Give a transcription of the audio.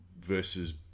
versus